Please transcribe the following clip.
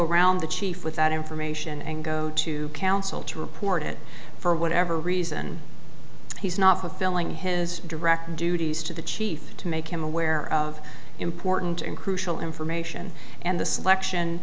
around the chief with that information and go to council to report it for whatever reason he's not fulfilling his direct duties to the chief to make him aware of important and crucial information and the selection